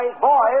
boys